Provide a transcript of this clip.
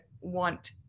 want